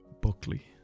Buckley